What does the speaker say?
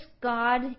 God